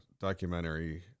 documentary